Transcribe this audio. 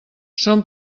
són